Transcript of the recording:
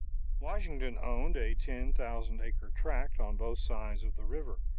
washington owned a ten-thousand-acre tract on both sides of the river,